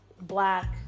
black